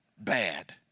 Bad